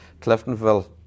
Cliftonville